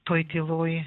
toj tyloj